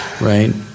right